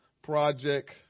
project